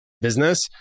business